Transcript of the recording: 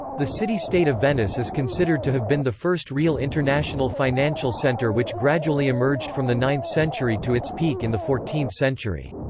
the city-state of venice is considered to have been the first real international financial center which gradually emerged from the ninth century to its peak in the fourteenth century.